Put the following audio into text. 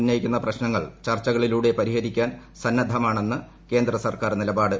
ഉന്നയിക്കുന്ന പ്രശ്നങ്ങൾ പ്രർച്ചുകളിലൂടെ പരിഹരിക്കാൻ സന്നദ്ധരാണ് എന്നാണ് ക്ക്രേന്ദ്ര ്സർക്കാർ നിലപാട്